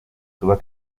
tuba